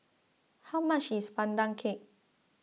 how much is Pandan Cake